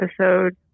episode